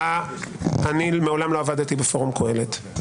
אני מעולם לא עבדתי בפורום קהלת.